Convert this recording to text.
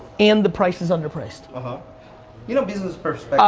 and the price is under priced. um ah you know business